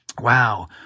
Wow